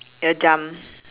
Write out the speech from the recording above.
it'll jump